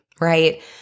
right